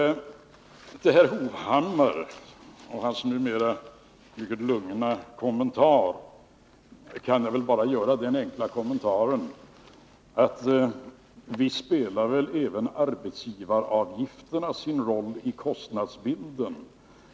Beträffande Erik Hovhammars i det här fallet mycket lugna yttrande kan jag bara göra den enkla kommentaren att visst spelar även arbetsgivaravgifterna en roll i fråga om kostnadsbilden.